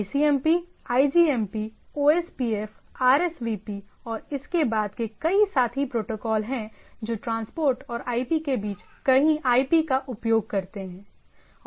ICMP IGMP OSPF RSVP और इसके बाद के कई साथी प्रोटोकॉल हैं जो ट्रांसपोर्ट और आईपी के बीच कहीं आईपी का उपयोग करते हैं